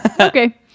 okay